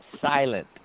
silent